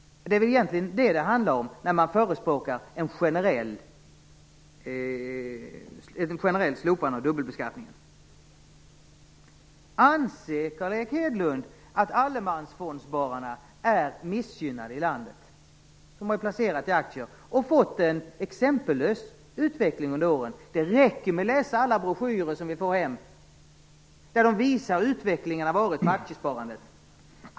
Det är väl det som det handlar om när man förespråkar ett generellt slopande av dubbelbeskattningen. Anser Carl Erik Hedlund att allemansfondsspararna i landet är missgynnade? De har ju placerat i aktier och fått en exempellös utveckling under åren. Det räcker med att läsa alla broschyrer som vi får hem där man visar hur utvecklingen har varit för aktiesparandet.